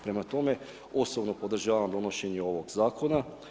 Prema tome, osobno podržavam donošenje ovog zakona.